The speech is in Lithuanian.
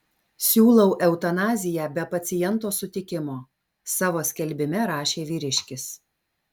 siūlau eutanaziją be paciento sutikimo savo skelbime rašė vyriškis